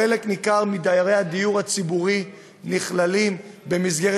חלק ניכר מדיירי הדיור הציבורי נכללים במסגרת